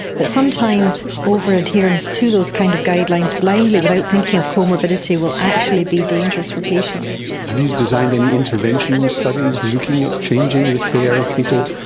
but sometimes over-adherence to those kind of guidelines blindly without thinking of comorbidity will actually be dangerous for patients. have you designed any intervention studies looking at changing the care of people?